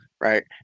right